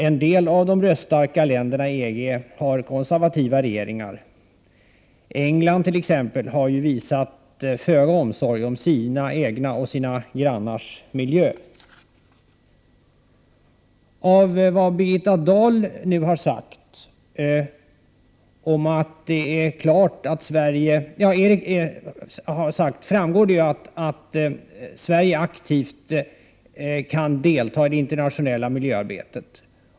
En del av de röststarka länderna i EG har konservativa regeringar. England t.ex. har ju visat föga omsorg om sin egen och sina grannars miljö. Av vad Birgitta Dahl nu sagt framgår att Sverige aktivt skall delta i det internationella miljöarbetet.